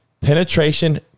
penetration